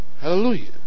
Hallelujah